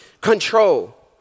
control